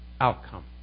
outcome